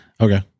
Okay